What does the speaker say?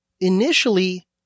Initially